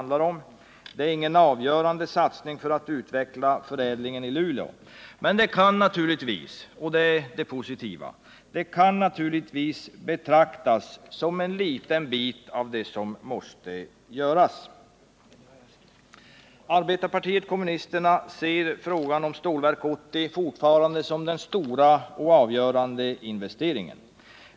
Det är ingen avgörande satsning för att utveckla förädlingen i Luleå. Men det kan naturligtvis — och det är det positiva — betraktas som en liten bit av det som måste göras. Arbetarpartiet kommunisterna ser fortfarande Stålverk 80 som den stora och avgörande investeringen.